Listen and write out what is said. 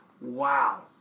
wow